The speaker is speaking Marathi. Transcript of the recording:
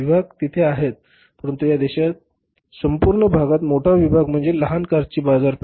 विभाग तेथे आहेत परंतु या देशाच्या संपूर्ण भागात मोठा विभाग म्हणजे लहान कारची बाजारपेठ